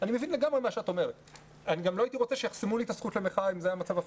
אני גם לא הייתי רוצה שיחסמו לי את הזכות למחאה אם זה היה מצב הפוך.